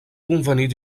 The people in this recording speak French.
convenait